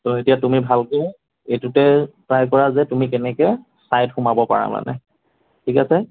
ত' এতিয়া তুমি ভালকৈ এটোতে ট্ৰাই কৰা যে তুমি কেনেকৈ চাইত সোমাব পাৰা মানে ঠিক আছে